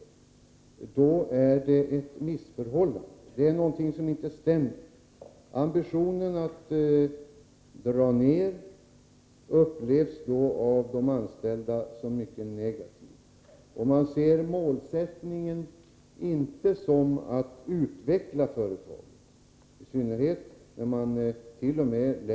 Det är någonting som inte stämmer. Ambitionen att dra ned upplevs då av de anställda som någonting mycket negativt. Man upplever inte att målsättningen är att utveckla företaget, i synnerhet som televerkett.o.m.